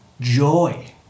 joy